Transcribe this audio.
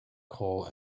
coal